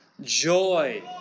joy